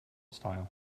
style